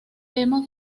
demo